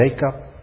makeup